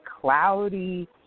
cloudy